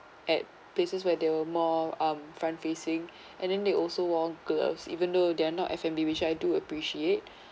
at places where they were more um front facing and then they also wore gloves even though they are not F&B which I do appreciate